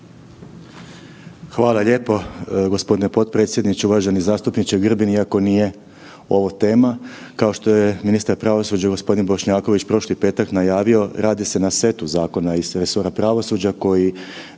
Hvala lijepo. Gospodine potpredsjedniče, uvaženi zastupniče Grbin. Iako nije ovo tema kao što je ministar pravosuđa gospodin Bošnjaković prošli petak najavio radi se na setu zakona iz resora pravosuđa koji